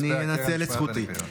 אנצל את זכותי.